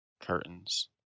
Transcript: curtains